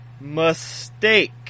mistake